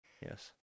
Yes